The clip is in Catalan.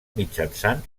mitjançant